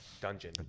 dungeon